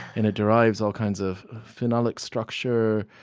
and derives all kinds of phenolic structure,